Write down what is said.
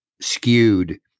skewed